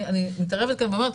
אני מתערבת כאן ואומרת,